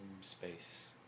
space